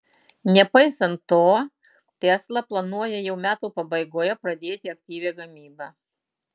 nepaisant to tesla planuoja jau metų pabaigoje pradėti aktyvią gamybą